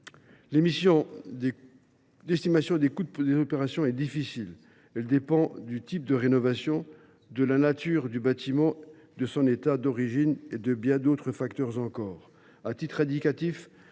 difficile d’estimer le coût des opérations. Celui ci dépend du type de rénovation, de la nature du bâtiment, de son état d’origine et de bien d’autres facteurs encore.